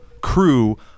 crew